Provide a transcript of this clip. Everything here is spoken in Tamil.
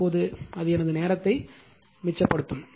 இப்போது அது எனது நேரத்தை மிச்சப்படுத்தும்